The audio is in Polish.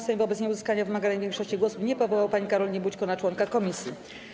Sejm wobec nieuzyskania wymaganej większości głosów nie powołał pani Karoliny Bućko na członka komisji.